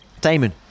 Damon